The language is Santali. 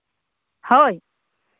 ᱦᱳᱭ